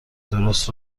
درست